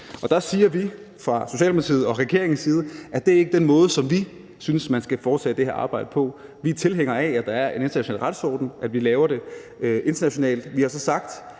Der siger vi fra Socialdemokratiet og regeringens side, at det ikke er den måde, som vi synes man skal foretage det her arbejde på. Vi er tilhængere af, at der er en international retsorden, at vi laver det internationalt. Vi har så sagt